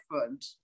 different